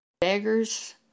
Beggars